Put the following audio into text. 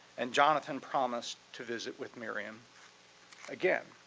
and jonathan promised to visit with miriam again.